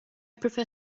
prefer